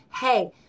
hey